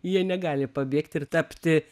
jie negali pabėgti ir tapti